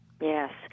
Yes